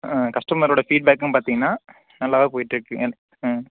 ஆ கஸ்டமரோடய ஃபீட் பேக்கும் பார்த்தீங்கன்னா நல்லாதான் போயிட்டுருக்கு ம் ம்